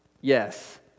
Yes